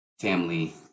family